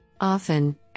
Often